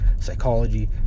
psychology